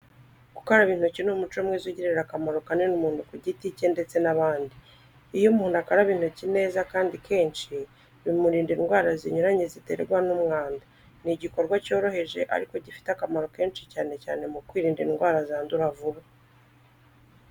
Gukaraba intoki ni umuco mwiza ugirira akamaro kanini umuntu ku giti cye ndetse n'abandi. Iyo umuntu akaraba intoki neza kandi kenshi, bimurinda indwara zinyuranye ziterwa n'umwanda. Ni igikorwa cyoroheje ariko gifite akamaro kenshi cyane cyane mu kwirinda indwara zandura vuba.